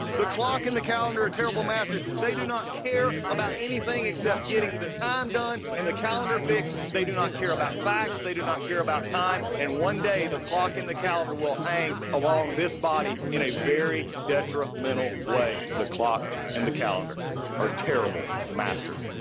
the clock and the calendar are terrible masters. they do not care about anything except getting the time done and the calendar fixed. they do not care about facts, they do not care about time, and one day, the clock and the calendar will hang along this body in a very detrimental way. the clock and the calendar are terrible masters.